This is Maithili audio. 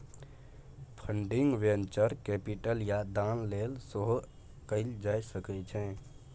फंडिंग वेंचर कैपिटल या दान लेल सेहो कएल जा सकै छै